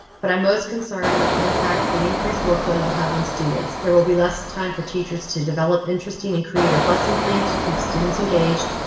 but i'm most concerned with the impact the increased workload will have on students. there will be less time for teachers to develop interesting and creative lesson plans to keep students engaged.